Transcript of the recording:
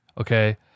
okay